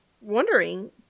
wondering